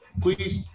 Please